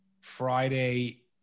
Friday